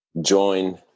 join